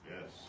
Yes